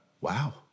wow